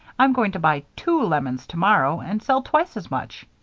i'm going to buy two lemons tomorrow and sell twice as much.